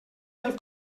del